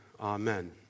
Amen